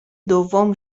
دوم